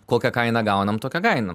kokią kainą gaunam tokią kainą